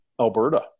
Alberta